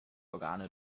organe